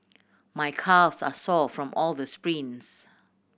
my calves are sore from all the sprints